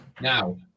Now